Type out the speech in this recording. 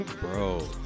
Bro